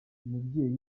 umubyeyi